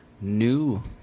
new